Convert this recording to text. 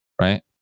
Right